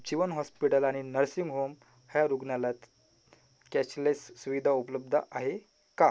जीवन hospital आणि nursing home ह्या रुग्णालयात कॅशलेस सुविधा उपलब्ध आहे का